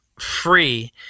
free